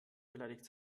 beleidigt